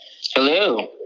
Hello